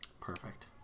Perfect